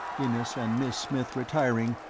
innes and miss smith retiring,